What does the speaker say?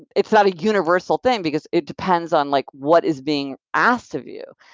it's not a universal thing because it depends on like what is being asked of you,